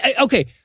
okay